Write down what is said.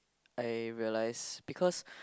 I realise because